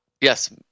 yes